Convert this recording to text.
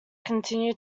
continue